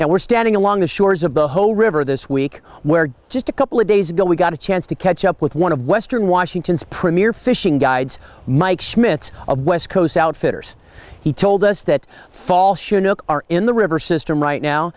now we're standing along the shores of the whole river this week where just a couple of days ago we got a chance to catch up with one of western washington's premier fishing guides mike schmidt's of west coast outfitters he told us that fall chinook are in the river system right now